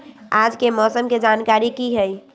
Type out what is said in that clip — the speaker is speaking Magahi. आज के मौसम के जानकारी कि हई?